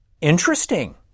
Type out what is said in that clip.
interesting